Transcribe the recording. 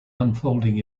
unfolding